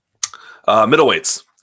Middleweights